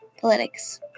Politics